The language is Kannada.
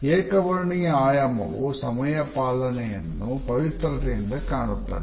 ಏಕ ವರ್ಣೀಯ ಆಯಾಮವು ಸಮಯ ಪಾಲನೆಯನ್ನು ಪವಿತ್ರತೆಯಿಂದ ಕಾಣುತ್ತದೆ